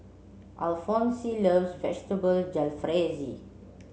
Alfonse loves Vegetable Jalfrezi